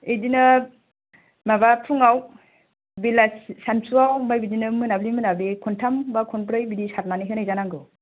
इदिनो माबा फुंयाव बेलासि सानसुयाव आमफ्राय बिदिनो मोनाब्लि मोनाब्लि खनथाम बा खनब्रै बिदि सारनानै होनाय जानांगौ